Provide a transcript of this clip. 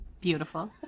Beautiful